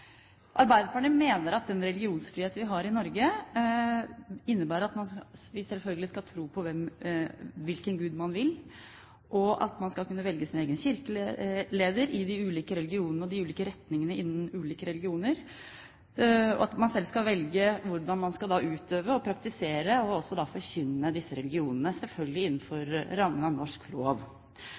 Arbeiderpartiet mener at den religionsfrihet vi har i Norge, innebærer at man selvfølgelig skal tro på hvilken gud man vil, og at man skal kunne velge sin egen kirkeleder i de ulike religionene og i de ulike retninger innen de ulike religioner. Og man skal selv velge hvordan man skal utøve og praktisere og også forkynne disse religionene – selvfølgelig innenfor rammen av norsk lov.